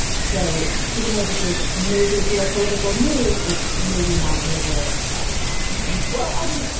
so even though this is major geopolitical news, it's maybe not major economic news well, i mean,